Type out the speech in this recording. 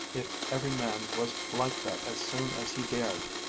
if every man was like that as soon as he dared?